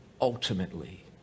ultimately